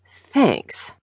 Thanks